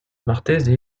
marteze